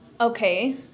Okay